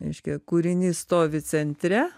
reiškia kūrinys stovi centre